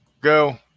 Go